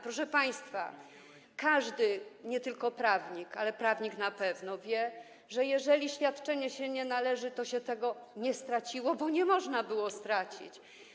Proszę państwa, każdy, nie tylko prawnik, ale prawnik na pewno, wie, że jeżeli świadczenie się nie należało, to się go nie straciło, bo nie można było go stracić.